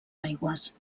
aigües